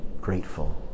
grateful